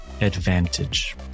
advantage